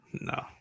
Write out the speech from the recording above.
No